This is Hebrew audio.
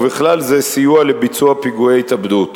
ובכלל זה סיוע לביצוע פיגועי התאבדות.